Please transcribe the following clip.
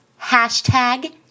Hashtag